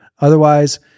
Otherwise